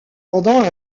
pendant